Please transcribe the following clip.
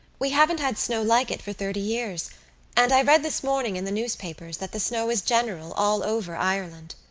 we haven't had snow like it for thirty years and i read this morning in the newspapers that the snow is general all over ireland.